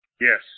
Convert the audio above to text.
Yes